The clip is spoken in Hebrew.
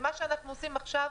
ומה שאנחנו עושים עכשיו,